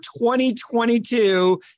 2022